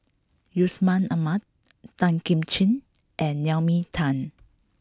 Yusman Aman Tan Kim Ching and Naomi Tan